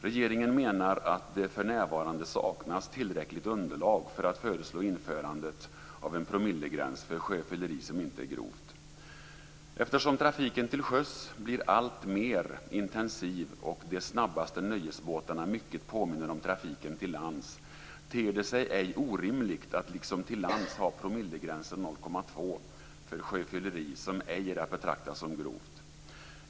Regeringen menar att det för närvarande saknas tillräckligt underlag för att föreslå införandet av en promillegräns för sjöfylleri som inte är grovt. Eftersom trafiken till sjöss blir alltmer intensiv och de snabbaste nöjesbåtarna mycket påminner om trafiken till lands ter det sig ej orimligt att liksom till lands ha promillegränsen 0,2 för sjöfylleri som ej är att betrakta som grovt.